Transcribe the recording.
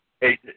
Hey